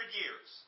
years